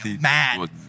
mad